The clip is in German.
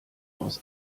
aus